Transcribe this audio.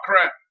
crap